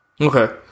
Okay